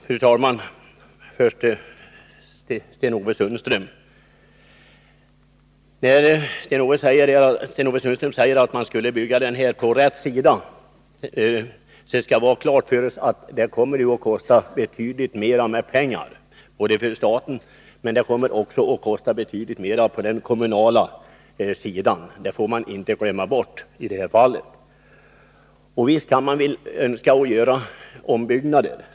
Fru talman! När Sten-Ove Sundström säger att man skall bygga stationsbyggnader på rätt sida skall vi ha klart för oss att det kommer att kosta betydligt mera pengar för staten, men också på den kommunala sidan. Det får man inte glömma bort i det här fallet. Visst kan man önska att göra ombyggnader.